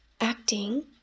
acting